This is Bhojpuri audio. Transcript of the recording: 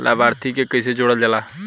लभार्थी के कइसे जोड़ल जाला?